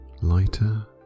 lighter